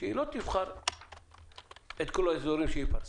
שהיא לא תבחר את כל האזורים שהיא פרסה.